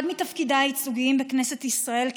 אחד מתפקידיי הייצוגיים בכנסת ישראל היום,